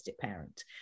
parent